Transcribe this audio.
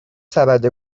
سبد